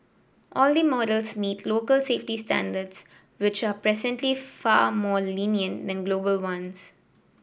all the models meet local safety standards which are presently far more lenient than global ones